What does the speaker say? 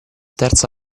terza